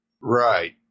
Right